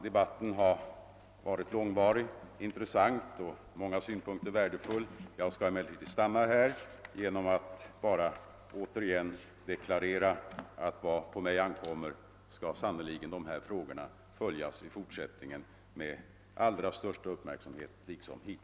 Debatten har varit långvarig, iniressant och från många synpunkter värdefull. Jag skall emellertid stanna här och återigen deklarera att vad på mig ankommer skall sannerligen dessa frågor liksom hittills i fortsättningen följas med den allra största uppmärksamhet.